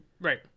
right